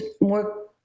more